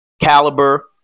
caliber